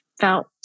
felt